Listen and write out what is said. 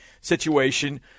situation